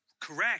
correct